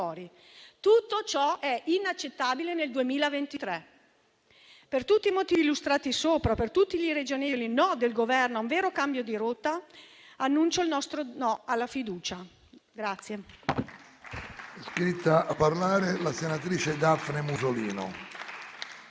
Tutto ciò è inaccettabile nel 2023. Per tutti i motivi illustrati sopra, per tutti gli irragionevoli no del Governo a un vero cambio di rotta, annuncio il nostro no alla fiducia.